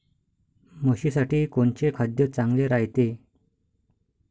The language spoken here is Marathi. म्हशीसाठी कोनचे खाद्य चांगलं रायते?